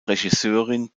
regisseurin